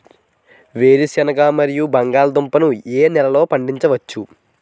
వేరుసెనగ మరియు బంగాళదుంప ని ఏ నెలలో పండించ వచ్చు?